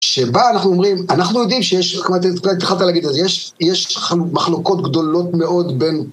שבה אנחנו אומרים, אנחנו יודעים שיש, יש מחלוקות גדולות מאוד בין